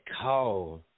call